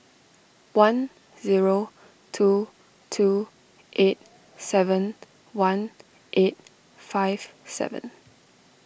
one zero two two eight seven one eight five seven